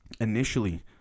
initially